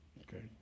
Okay